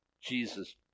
Jesus